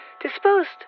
disposed